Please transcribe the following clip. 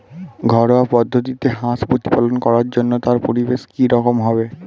ঘরোয়া পদ্ধতিতে হাঁস প্রতিপালন করার জন্য তার পরিবেশ কী রকম হবে?